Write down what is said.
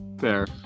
Fair